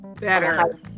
better